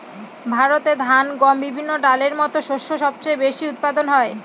ভারতে ধান, গম, বিভিন্ন ডালের মত শস্য সবচেয়ে বেশি উৎপাদন হয়